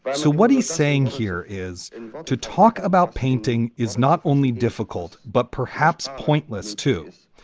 but so what he's saying here is to talk about painting is not only difficult, but perhaps pointless, too.